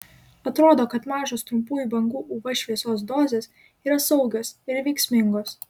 atrodo kad mažos trumpųjų bangų uv šviesos dozės yra saugios ir veiksmingos